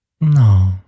no